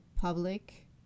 public